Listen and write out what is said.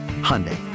Hyundai